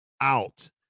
out